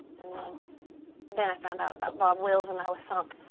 and then i found out about bob wills. and i was sunk.